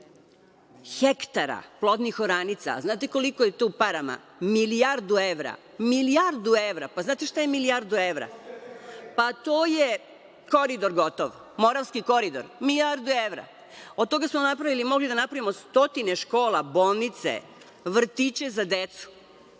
hektara plodnih oranica. Znate koliko je to u parama? Milijardu evra. Milijardu evra. Pa znate šta je milijardu evra? Pa to je koridor gotov, Moravski koridor, milijardu evra. Od toga smo mogli da napravimo stotine škola, bolnice, vrtiće za decu.